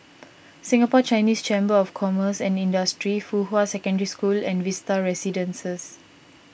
Singapore Chinese Chamber of Commerce and Industry Fuhua Secondary School and Vista Residences